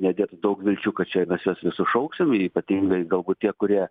nedėtų daug vilčių kad čia mes juos visus šauksim ypatingai galbūt tie kurie